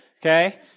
Okay